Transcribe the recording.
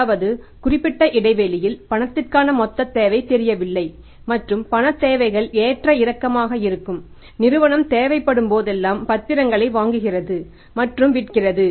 அதாவது குறிப்பிட்ட இடைவெளியில் பணத்திற்கான மொத்த தேவை தெரியவில்லை மற்றும் பணத் தேவைகள் ஏற்ற இறக்கமாக இருக்கும் நிறுவனம் தேவைப்படும் போதெல்லாம் பத்திரங்களை வாங்குகிறது மற்றும் விற்கிறது